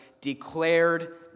declared